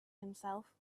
himself